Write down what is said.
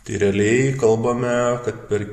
tai realiai kalbame kad per